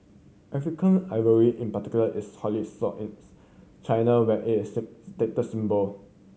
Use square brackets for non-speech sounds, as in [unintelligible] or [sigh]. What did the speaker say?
African ivory in particular is highly sought in China where it is [unintelligible] status symbol